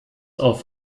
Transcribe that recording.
auf